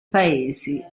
paesi